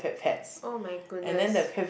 oh my goodness